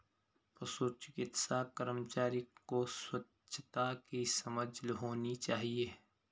पशु चिकित्सा कर्मचारी को स्वच्छता की समझ होनी चाहिए